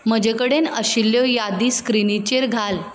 म्हजे कडेन आशिल्ल्यो यादी स्क्रिनीचेर घाल